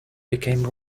became